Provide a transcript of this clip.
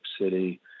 City